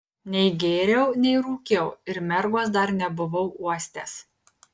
nei gėriau nei rūkiau ir mergos dar nebuvau uostęs